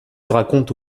raconte